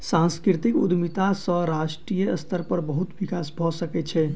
सांस्कृतिक उद्यमिता सॅ राष्ट्रीय स्तर पर बहुत विकास भ सकै छै